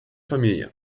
familie